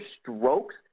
strokes